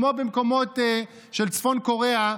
כמו במקומות של צפון קוריאה,